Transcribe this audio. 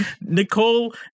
Nicole